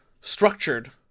structured